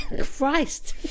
Christ